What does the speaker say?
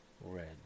red